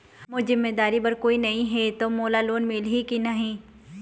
मोर जिम्मेदारी बर कोई नहीं हे त मोला लोन मिलही की नहीं?